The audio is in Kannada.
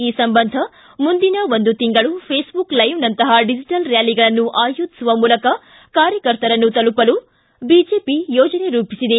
ಈ ಸಂಬಂಧ ಮುಂದಿನ ಒಂದು ತಿಂಗಳು ಫೇಸ್ಬುಕ್ ಲೈವ್ನಂತಹ ಡಿಜಿಟಲ್ ರ್ಕಾಲಿಗಳನ್ನು ಆಯೋಜಿಸುವ ಮೂಲಕ ಕಾರ್ಯಕರ್ತರನ್ನು ತಲುಪಲು ಬಿಜೆಪಿ ಯೋಜನೆ ರೂಪಿಸಿದೆ